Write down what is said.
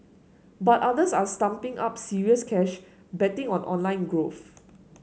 but others are stumping up serious cash betting on online growth